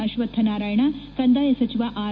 ಅಶ್ವತ್ವನಾರಾಯಣ ಕಂದಾಯ ಸಚಿವ ಆರ್